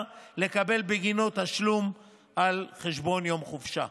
לקבל בגינו תשלום על חשבון יום חופשה.